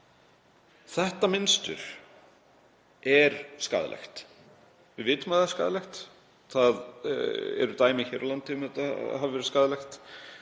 Þetta mynstur er skaðlegt. Við vitum að það er skaðlegt. Það eru dæmi hér á landi um að það hafi verið skaðlegt.